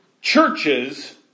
churches